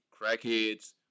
crackheads